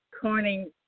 Corning